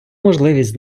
можливість